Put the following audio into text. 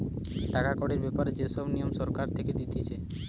টাকা কড়ির ব্যাপারে যে সব নিয়ম সরকার থেকে দিতেছে